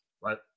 right